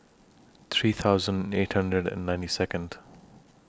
three thousand eight hundred and ninety Second